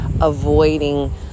avoiding